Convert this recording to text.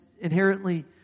inherently